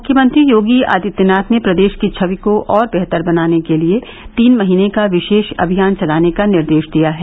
मुख्यमंत्री योगी आदित्यनाथ ने प्रदेश की छवि को और बेहतर बनाने के लिए तीन महीने का विशेष अभियान चलाने का निर्देश दिया है